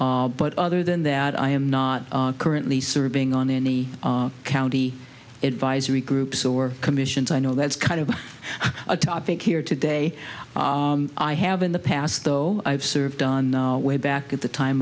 that but other than that i am not currently serving on any county advisory groups or commissions i know that's kind of a topic here today i have in the past though i've served on way back at the time